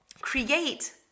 create